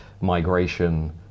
migration